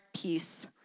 peace